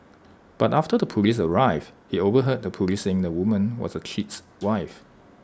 but after the Police arrived he overheard the Police saying the woman was the cheat's wife